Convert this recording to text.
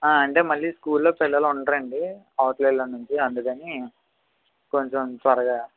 అంటే మళ్ళీ స్కూల్లో పిల్లలుండరు అండీ అవతల ఎల్లుండి నుంచీ అందుకని కొంచెం త్వరగా